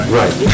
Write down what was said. right